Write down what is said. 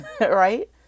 right